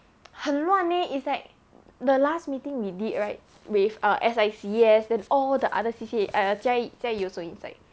很乱 leh is like the last meeting we did right with err S_I_C_S then all the other C_C_A err jia yi jia yi also inside